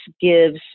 gives